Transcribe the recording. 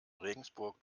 regensburg